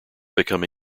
become